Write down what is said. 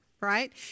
right